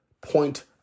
point